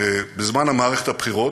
בזמן מערכת הבחירות,